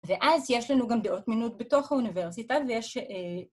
‫ואז יש לנו גם דעות מינות ‫בתוך האוניברסיטה ויש...